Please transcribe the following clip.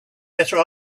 better